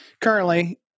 currently